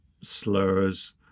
slurs